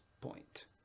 point